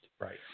Right